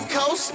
Coast